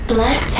Black